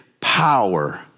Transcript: power